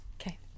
Okay